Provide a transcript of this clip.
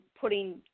putting